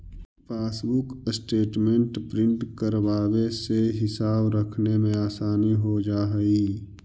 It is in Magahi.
पासबुक स्टेटमेंट प्रिन्ट करवावे से हिसाब रखने में आसानी हो जा हई